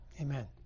amen